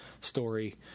story